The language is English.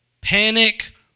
Panic